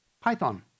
Python